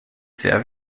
sehr